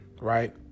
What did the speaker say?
right